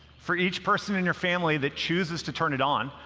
for each person in your family that chooses to turn it on,